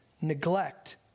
neglect